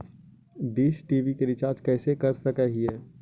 Dish TV के recharge कैसे कर सक हिय?